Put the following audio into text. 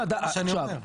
מה שזה לא יהיה שם.